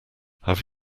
have